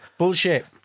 Bullshit